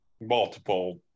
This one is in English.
multiple